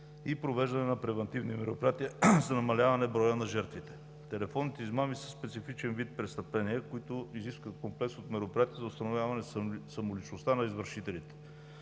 и провеждане на превантивни мероприятия за намаляване броя на жертвите. Телефонните измами са специфичен вид престъпления, които изискват комплекс от мероприятия за установяване самоличността на извършителите.